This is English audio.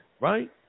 right